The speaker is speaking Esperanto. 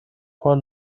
por